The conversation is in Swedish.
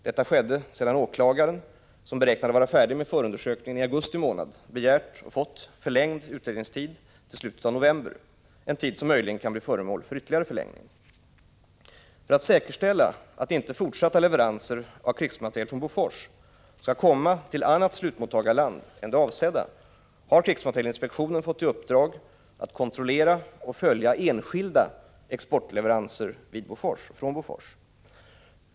Detta skedde sedan åklagaren, som beräknade vara färdig med förundersökningen i augusti månad, begärt och fått förlängd utredningstid till slutet av november, en tid som möjligen kan bli föremål för ytterligare förlängning. För att säkerställa att inte fortsatta leveranser av krigsmateriel från Bofors skall komma till annat slutmottagarland än det avsedda har krigsmaterielinspektionen fått i uppdrag att kontrollera och följa enskilda exportleveranser från Bofors.